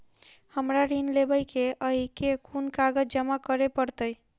हमरा ऋण लेबै केँ अई केँ कुन कागज जमा करे पड़तै?